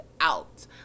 out